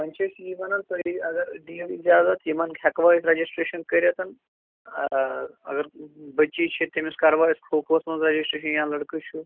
وۄنۍ چھِ أسۍ یی وَنان تُہۍ اگر دِیِو اِجازت یِمَن ہٮ۪کوا أسۍ رَجسٹریشَن کٔرِتھ اگر بٔچی چھِ تٔمِس کَروا أسۍ کھو کھوَس منٛز رجسٹریشن یا لٔڑکہٕ چھُ